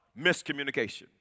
miscommunication